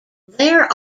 there